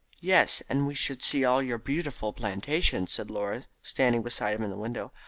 yes, and we should see all your beautiful plantations, said laura, standing beside him in the window.